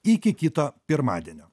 iki kito pirmadienio